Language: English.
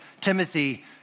Timothy